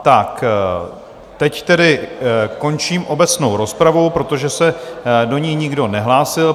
Tak teď tedy končím obecnou rozpravu, protože se do ní nikdo nehlásil.